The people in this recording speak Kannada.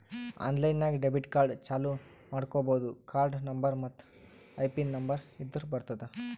ಆನ್ಲೈನ್ ನಾಗ್ ಡೆಬಿಟ್ ಕಾರ್ಡ್ ಚಾಲೂ ಮಾಡ್ಕೋಬೋದು ಕಾರ್ಡ ನಂಬರ್ ಮತ್ತ್ ಐಪಿನ್ ನಂಬರ್ ಇದ್ದುರ್ ಬರ್ತುದ್